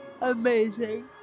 amazing